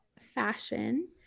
fashion